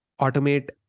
automate